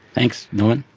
thanks norman.